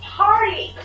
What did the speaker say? party